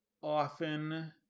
often